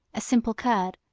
a simple curd,